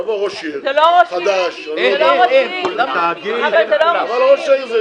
יבוא ראש עיר חדש או אני לא יודע מה --- אבל זה לא ראש עיר.